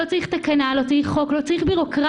לא צריך תקנה, לא צריך חוק, לא צריך בירוקרטיה.